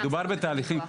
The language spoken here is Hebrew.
מדובר בתהליכים,